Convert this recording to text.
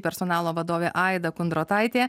personalo vadovė aida kundrotaitė